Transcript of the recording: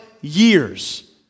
years